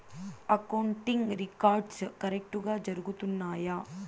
accounting records కరెక్టుగా జరుగుతున్నాయా